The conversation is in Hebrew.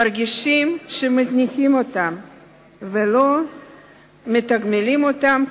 מרגישים שמזניחים אותם ולא מתגמלים אותם כראוי.